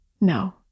no